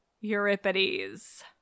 Euripides